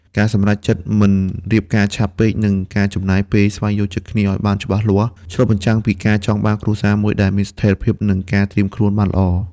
ការសម្រេចចិត្តមិនរៀបការឆាប់ពេក និងការចំណាយពេលស្វែងយល់ចិត្តគ្នាឱ្យបានច្បាស់លាស់ ឆ្លុះបញ្ចាំងពីការចង់បានគ្រួសារមួយដែលមានស្ថិរភាព និងការត្រៀមខ្លួនបានល្អ។